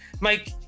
Mike